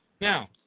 Now